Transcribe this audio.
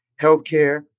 healthcare